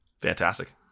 Fantastic